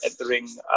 entering